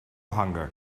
hunger